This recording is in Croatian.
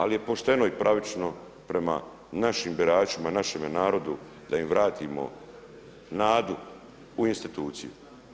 Ali je pošteno i pravično prema našim biračima i našemu narodu da im vratimo nadu u instituciju.